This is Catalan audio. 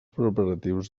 preparatius